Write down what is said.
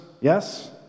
yes